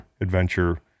adventure